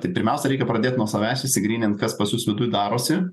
tai pirmiausia reikia pradėt nuo savęs išsigrynint kas pas jus viduj darosi